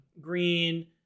Green